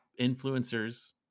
influencers